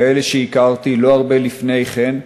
כאלה שהכרתי לא הרבה לפני כן,